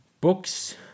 books